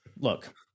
Look